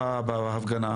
הדיון: